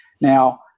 Now